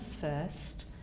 first